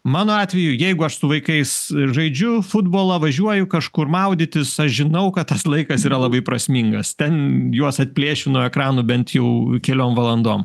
mano atveju jeigu aš su vaikais žaidžiu futbolą važiuoju kažkur maudytis aš žinau kad tas laikas yra labai prasmingas ten juos atplėšiu nuo ekranų bent jau keliom valandom